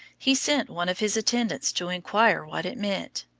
he sent one of his attendants to inquire what it meant.